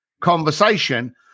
conversation